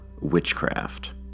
witchcraft